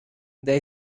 they